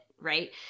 Right